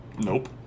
nope